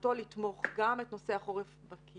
שמטרתו לתמוך גם את נושא החורף בקהילה,